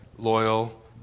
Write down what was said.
Loyal